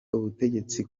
ubutegetsi